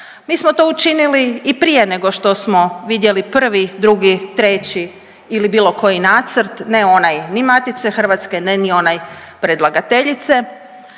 Mi smo to učinili i prije nego što smo vidjeli prvi, drugi, treći ili bilo koji nacrt, ne onaj ni Matice hrvatske, ne ni onaj predlagateljice